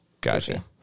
Gotcha